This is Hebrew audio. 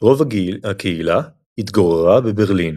רוב הקהילה התגוררה בברלין.